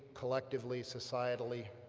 collectively, societally,